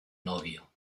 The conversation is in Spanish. novio